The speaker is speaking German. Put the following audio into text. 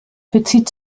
bezieht